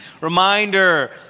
reminder